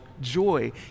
joy